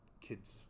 kids